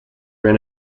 ran